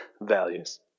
values